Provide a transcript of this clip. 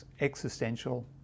existential